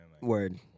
Word